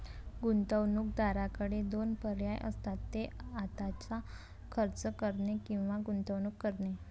गुंतवणूकदाराकडे दोन पर्याय असतात, ते आत्ताच खर्च करणे किंवा गुंतवणूक करणे